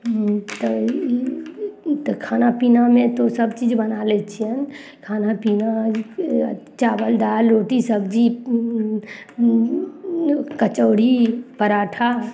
तऽ ई तऽ खाना पीनामे तऽ सब चीज बना लै छियनि खाना पीना चावल दालि रोटी सब्जी कचौड़ी पराठा